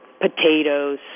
potatoes